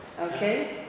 Okay